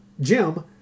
Jim